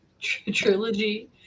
trilogy